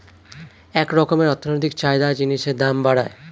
এক রকমের অর্থনৈতিক চাহিদা জিনিসের দাম বাড়ায়